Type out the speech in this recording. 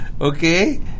okay